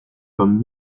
comme